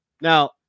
Now